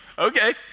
okay